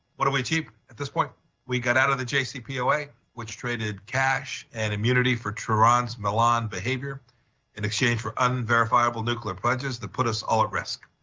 what did we achieve at this point we got out of the jcpoa which traded cash and immunity for tehran's malign behavior in exchange for unverifiable nuclear pledges that put us all at risk.